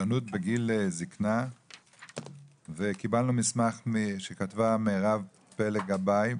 אובדנות בגיל זקנה וקיבלנו מסמך שכתבה מירב פלג גבאי,